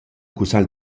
cussagl